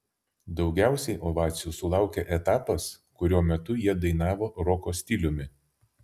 daugiausiai ovacijų sulaukė etapas kurio metu jie dainavo roko stiliumi